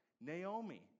Naomi